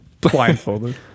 Blindfolded